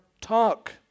talk